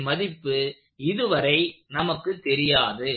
ன் மதிப்பு இதுவரை நமக்கு தெரியாது